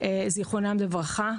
זיכרונם לברכה,